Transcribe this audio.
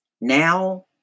Now